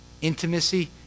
intimacy